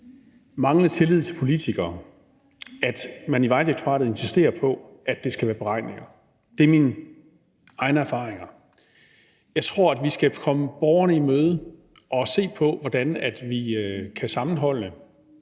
manglende tillid til politikere, at man i Vejdirektoratet insisterer på, at det skal være beregninger. Det er mine egne erfaringer. Jeg tror, at vi skal komme borgerne i møde og se på, hvordan vi kan sammenholde